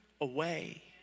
away